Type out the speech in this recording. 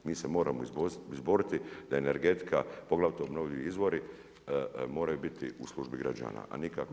Mi se moramo izboriti da energetika, poglavito obnovljivi izvori moraju biti u službi građana a nikako